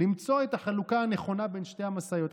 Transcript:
למצוא את החלוקה הנכונה בין שתי המשאיות,